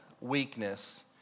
weakness